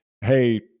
hey